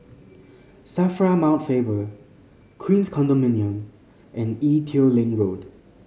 SAFRA Mount Faber Queens Condominium and Ee Teow Leng Road